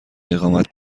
اقامت